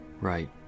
Right